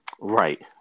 right